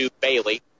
Bailey